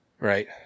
Right